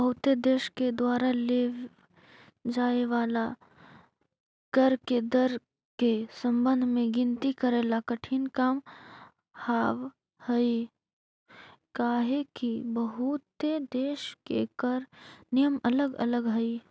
बहुते देश के द्वारा लेव जाए वाला कर के दर के संबंध में गिनती करेला कठिन काम हावहई काहेकि बहुते देश के कर नियम अलग अलग हई